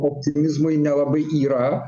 optimizmui nelabai yra